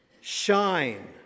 shine